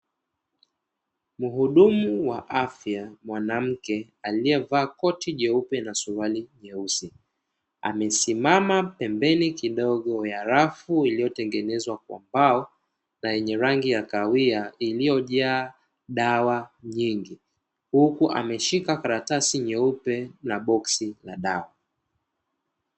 Mhudumu wa afya mwanamke aliyevaa koti jeupe na suruali nyeusi, amesimama pembeni kidogo ya rafu iliyotengenezwa kwa mbao na yenye rangi ya kahawia, iliyojaa dawa nyingi huku ameshika karatasi nyeupe na boksi la dawa.